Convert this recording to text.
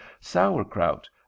sauerkraut